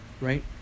Right